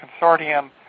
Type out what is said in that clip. Consortium